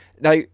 Now